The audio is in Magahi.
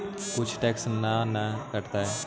कुछ टैक्स ना न कटतइ?